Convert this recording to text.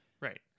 Right